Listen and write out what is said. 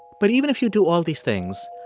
but even if you do all these things,